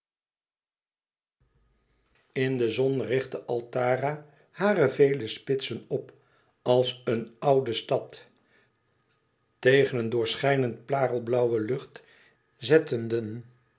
in de zon richtte altara hare vele spitsen op als eene oude stad tegen een doorschijnend parelblauwe lucht zetteden